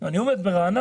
אם אני עומד ברעננה,